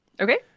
Okay